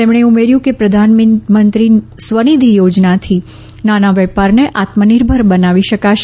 તેમણે ઉમેર્યું કે પ્રધાનમંત્રી સ્વનિધિ યોજનાથી નાના વેપારને આત્મનિર્ભર બનાવી શકાશે